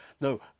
no